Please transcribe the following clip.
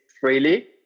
freely